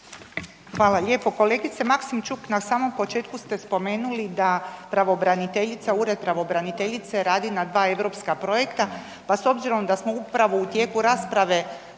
Hvala lijepo. Kolegice Maksimčuk na samom početku ste spomenuli da Ured pravobraniteljice radi na dva europska projekta, pa s obzirom da smo upravo u tijeku rasprave